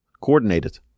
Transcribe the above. coordinated